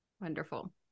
wonderful